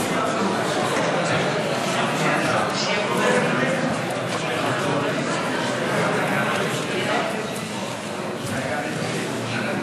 זה לא יכול להיות חד-צדדי וזה לא צריך להיות חד-צדדי.